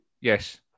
Yes